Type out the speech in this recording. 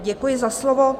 Děkuji za slovo.